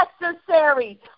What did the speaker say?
necessary